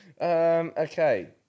Okay